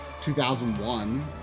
2001